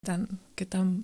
ten kitam